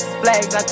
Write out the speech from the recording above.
flags